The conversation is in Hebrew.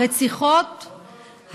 הרציחות,